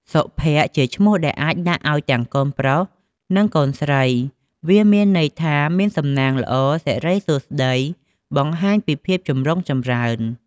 សុភ័ក្ត្រជាឈ្មោះដែលអាចដាក់ឲ្យទាំងកូនប្រុសនិងកូនស្រី វាមានន័យថាមានសំណាងល្អ សិរីសួស្តី បង្ហាញពីភាពចម្រុងចម្រើន។